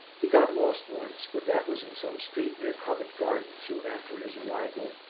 he got lost once, but that was in some street near covent garden, soon after his arrival,